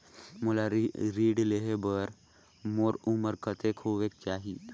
मोला ऋण लेहे बार मोर उमर कतेक होवेक चाही?